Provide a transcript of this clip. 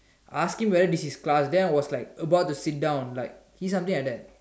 I ask him whether is his class then I was like about to sit down like is something like that